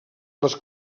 les